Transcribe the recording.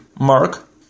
Mark